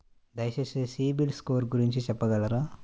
దయచేసి సిబిల్ స్కోర్ గురించి చెప్పగలరా?